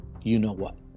you-know-what